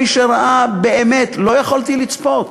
מי שראה, באמת, לא יכולתי לצפות,